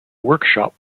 workshop